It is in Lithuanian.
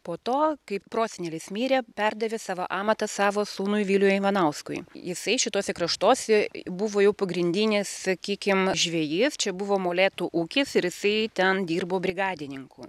po to kai prosenelis mirė perdavė savo amatą savo sūnui viliui ivanauskui jisai šituose kraštuose buvo jau pagrindinis sakykim žvejys čia buvo molėtų ūkis ir jisai ten dirbo brigadininku